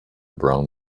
brown